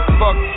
fuck